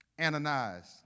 Ananias